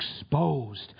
exposed